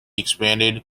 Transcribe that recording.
expanded